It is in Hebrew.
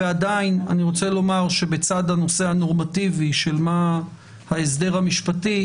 ועדיין אני רוצה לומר שבצד הנושא הנורמטיבי של מה ההסדר המשפטי,